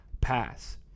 pass